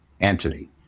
entity